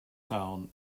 town